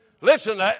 Listen